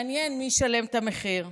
מעניין מי ישלם את המחיר.